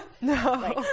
no